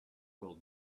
will